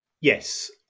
Yes